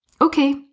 Okay